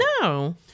No